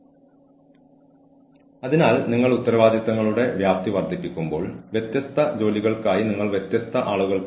കൂടാതെ ഇത് ജീവനക്കാരെ ഓർഗനൈസേഷനായി പ്രവർത്തിക്കാൻ പ്രതിജ്ഞാബദ്ധരാക്കാനും താൽപ്പര്യം നിലനിർത്താനും സഹായിക്കുന്നു